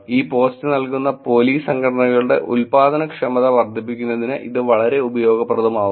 ഈ പോസ്റ്റ് നോക്കുന്ന പോലീസ് സംഘടനകളുടെ ഉൽപാദനക്ഷമത വർദ്ധിപ്പിക്കുന്നതിന് ഇത് വളരെ ഉപയോഗപ്രദമാകും